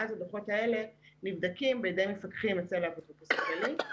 ואז הדוחות האלה נבדקים בידי מפקחים אצל האפוטרופוס הכללי.